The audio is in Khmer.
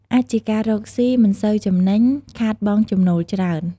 អាចជាការរកសុីមិនសិនចំណេញ ខាតបង់ចំណូលច្រើន។